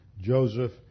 Joseph